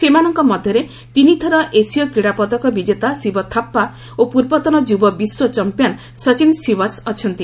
ସେମାନଙ୍କ ମଧ୍ୟରେ ତିନିଥର ଏସୀୟ କ୍ରୀଡ଼ା ପଦକ ବିଜେତା ଶିବ ଥାପ୍ପା ଓ ପୂର୍ବତନ ଯୁବ ବିଶ୍ୱ ଚାମ୍ପିୟନ୍ ସଚିନ୍ ସିଓ୍ୱାଚ୍ ଅଛନ୍ତି